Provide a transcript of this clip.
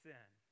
sin